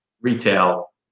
retail